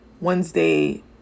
Wednesday